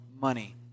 money